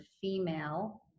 female